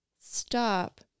stop